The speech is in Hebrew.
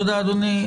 תודה, אדוני.